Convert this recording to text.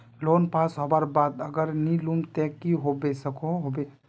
Loan pass होबार बाद अगर नी लुम ते की होबे सकोहो होबे?